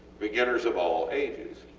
beginners of all ages,